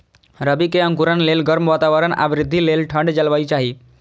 रबी के अंकुरण लेल गर्म वातावरण आ वृद्धि लेल ठंढ जलवायु चाही